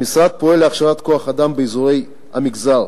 המשרד פועל להכשרת כוח-אדם באזורי המגזר,